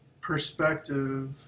perspective